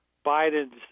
Biden's